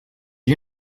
you